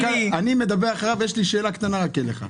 אני מדבר אחריו ויש לי שאלה קטנה אליך.